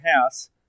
house